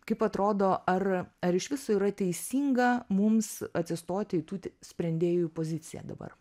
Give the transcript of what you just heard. kaip atrodo ar ar iš viso yra teisinga mums atsistoti į tų sprendėjų poziciją dabar